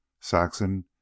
Saxon